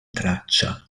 traccia